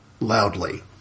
loudly